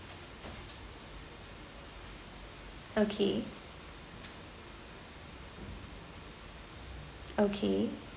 okay okay